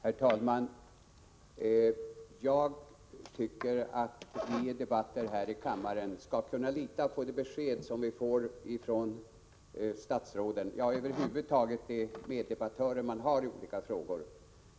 Herr talman! Jag tycker att vi i debatter här i kammaren skall kunna lita på de besked vi får ifrån statsråden, ja, över huvud taget de meddebattörer man har i olika frågor.